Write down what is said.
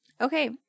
Okay